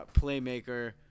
playmaker